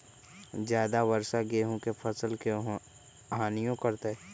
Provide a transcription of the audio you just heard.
ज्यादा वर्षा गेंहू के फसल के हानियों करतै?